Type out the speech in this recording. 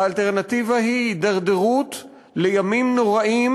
האלטרנטיבה היא הידרדרות לימים נוראיים,